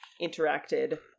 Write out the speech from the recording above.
interacted